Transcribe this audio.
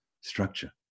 structure